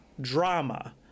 drama